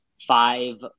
five